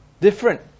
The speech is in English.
different